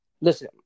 Listen